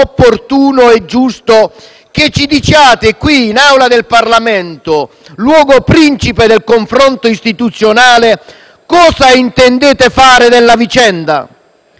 opportuno e giusto che ci diciate nell'Aula del Parlamento, luogo principe del confronto istituzionale, cosa intendete fare della vicenda?